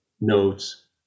notes